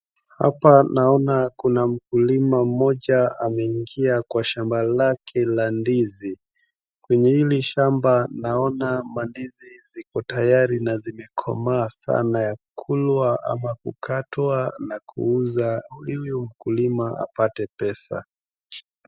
Hapa naona kuna mkulima mmoja ameingia kwa shamba lake la ndizi. Kwenye hili shamba naona mandizi ziko tayari na zimekomaa sana, ya kulwa, ama kukatwa na kuuza huyu mkulima apate pesa.